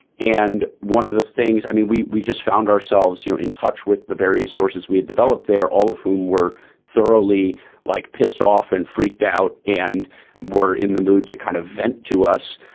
and one of the things i mean, we we just found ourselves in touch with the various sources we had developed there, all of whom were thoroughly like pissed off and freaked out and were in the mood to kind of vent to us.